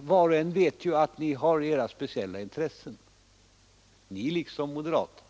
Var och en vet att ni har era speciella intressen, kommunister som moderater,